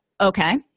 Okay